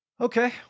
Okay